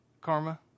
karma